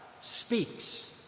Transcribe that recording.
speaks